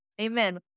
amen